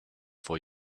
for